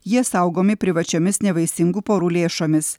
jie saugomi privačiomis nevaisingų porų lėšomis